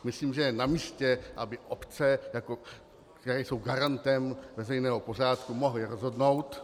Myslím, že je namístě, aby obce, které jsou garantem veřejného pořádku, mohly rozhodnout.